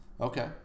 okay